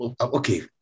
okay